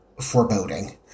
foreboding